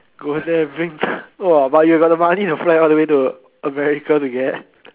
go there bring !woah! but you got money to fly all the way to America to get